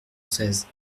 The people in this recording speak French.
seize